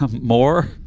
More